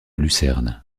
lucerne